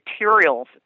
materials